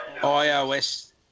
iOS